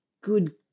good